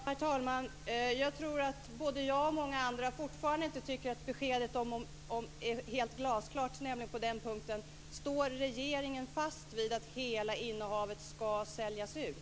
Herr talman! Jag tror att många andra liksom jag fortfarande inte tycker att beskedet är helt glasklart på den punkten. Står alltså regeringen fast vid att hela innehavet ska säljas ut?